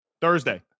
Thursday